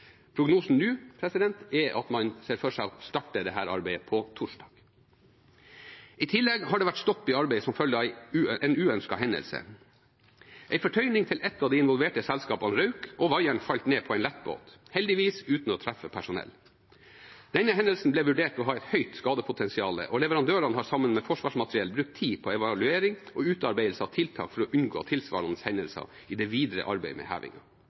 Prognosen nå er at man ser for seg å starte dette arbeidet på torsdag. I tillegg har det vært stopp i arbeidet som følge av en uønsket hendelse. En fortøyning til et av de involverte selskapene røk, og vaieren falt ned på en lettbåt, heldigvis uten å treffe personell. Denne hendelsen ble vurdert å ha et høyt skadepotensial, og leverandørene har sammen med Forsvarsmateriell brukt tid på evaluering og utarbeidelse av tiltak for å unngå tilsvarende hendelser i det videre arbeidet med